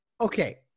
Okay